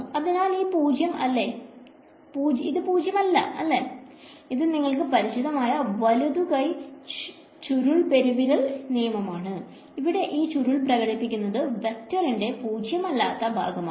അതായത് ഇത് പൂജ്യം അല്ല അല്ലേ ഇത് നിങ്ങൾക്ക് പരിചിതമായ വലുകൈ ചുരുൾ പെരുവിരൽ നിയമംആണ് ഇവിടെ ഈ ചുരുൾ സൂചിപ്പിക്കുന്നത് വെക്ടോറിന്റെ പൂജയമല്ലാത്ത ഭാഗമാണ്